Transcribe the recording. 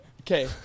Okay